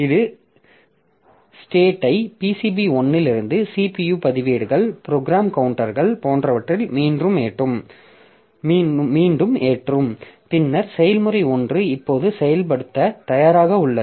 இது ஸ்டேடை PCB1 இலிருந்து CPU பதிவேடுகள் ப்ரோக்ராம் கவுண்டர்கள் போன்றவற்றில் மீண்டும் ஏற்றும் பின்னர் செயல்முறை 1 இப்போது செயல்படுத்த தயாராக உள்ளது